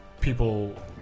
people